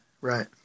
right